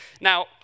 now